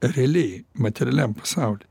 realiai materialiam pasauly